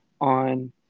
on